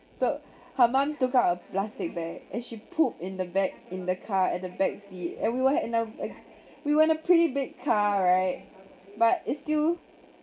so her mum took out a plastic bag and she poop in the back in the car at the back seat and we were in a we were in a pretty big car right but it's still